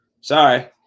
Sorry